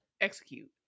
execute